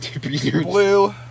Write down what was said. Blue